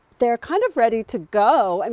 they are kind of ready to go. and